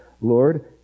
Lord